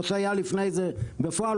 מה שהיה לפני זה בפועל,